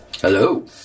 Hello